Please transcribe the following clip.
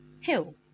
Hill